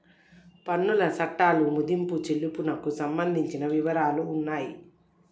పన్నుల చట్టాలు మదింపు చెల్లింపునకు సంబంధించిన వివరాలు ఉన్నాయి